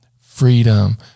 Freedom